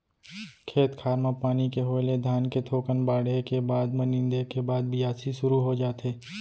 खेत खार म पानी के होय ले धान के थोकन बाढ़े के बाद म नींदे के बाद बियासी सुरू हो जाथे